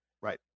Right